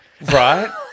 Right